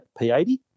p80